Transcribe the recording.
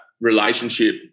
relationship